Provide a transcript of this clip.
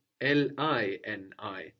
L-I-N-I